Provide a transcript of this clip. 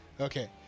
Okay